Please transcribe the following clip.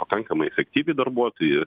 pakankamai efektyviai darbuotojai